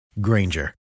Granger